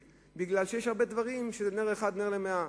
כי יש הרבה דברים שהם נר אחד נר למאה.